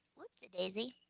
oops-a-daisy.